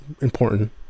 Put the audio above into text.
important